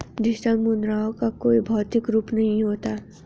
digital मुद्राओं का कोई भौतिक रूप नहीं होता